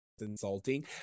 insulting